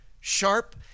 sharp